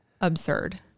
Absurd